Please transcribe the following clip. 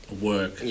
work